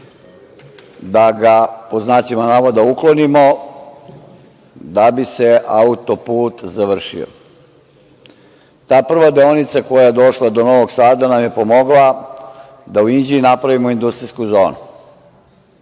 da ga pod znacima navoda uklonimo, da bi se auto-put završio. Ta prva deonica koja je došla do Novog Sada nam je pomogla da u Inđiji napravimo industrijsku